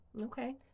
okay